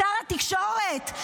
שר התקשורת,